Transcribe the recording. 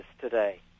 today